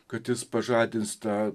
kad jis pažadins tą